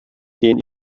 gehen